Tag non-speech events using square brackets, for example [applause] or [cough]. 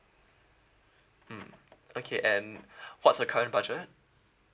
mm okay and [breath] what's the current budget